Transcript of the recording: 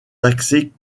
taxés